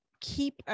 keep